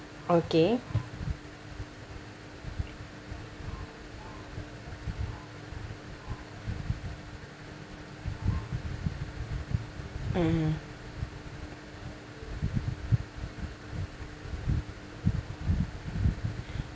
okay mmhmm